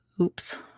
Oops